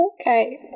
Okay